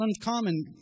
uncommon